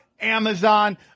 Amazon